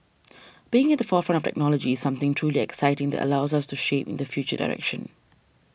being at the forefront of technology something truly exciting that allows us to shape in the future direction